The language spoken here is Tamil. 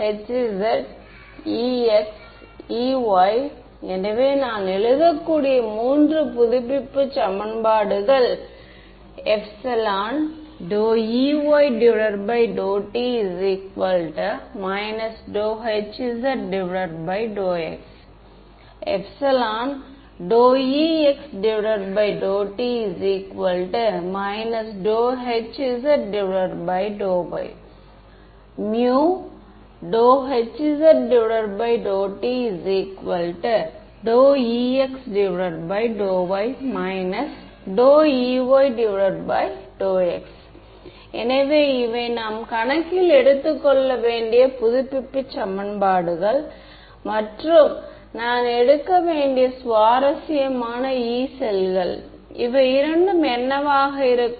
HzEx Ey எனவே நான் எழுதக்கூடிய மூன்று புதுப்பிப்பு சமன்பாடுகள் ∂Ey∂t ∂Hz∂x ∂Ex∂t ∂Hz∂y ∂Hz∂t ∂Ex∂y ∂Ey∂x எனவே இவை நாம் கணக்கில் எடுத்துக்கொள்ள வேண்டிய புதுப்பிப்பு சமன்பாடுகள் மற்றும் நான் எடுக்க வேண்டிய சுவாரஸ்யமான யீ செல்கள் இவை இரண்டும் என்னவாக இருக்கும்